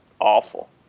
awful